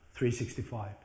365